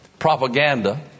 Propaganda